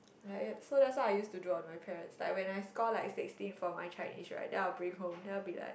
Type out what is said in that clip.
ya so that's what I used do to on my parents like when I score like sixteen for my Chinese right then I will bring home then I will be like